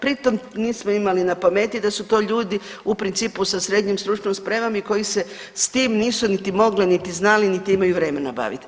Pritom nismo imali na pameti da su to ljudi u principu sa srednjom stručnom spremom i koji se s tim nisu niti mogli, niti znali, niti imaju vremena baviti.